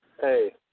Hey